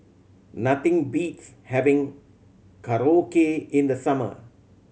nothing beats having Korokke in the summer